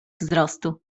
wzrostu